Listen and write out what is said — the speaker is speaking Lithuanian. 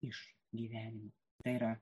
iš gyvenimo tai yra